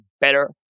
better